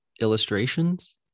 illustrations